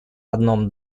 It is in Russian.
одном